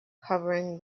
covering